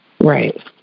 Right